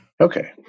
Okay